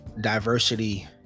diversity